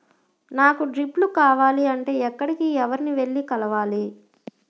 నాకు డ్రిప్లు కావాలి అంటే ఎక్కడికి, ఎవరిని వెళ్లి కలవాలి?